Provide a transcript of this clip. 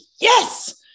yes